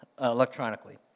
electronically